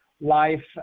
life